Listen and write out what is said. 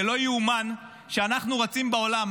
זה לא ייאמן שאנחנו רצים בעולם,